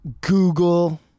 Google